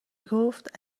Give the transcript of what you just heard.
گفت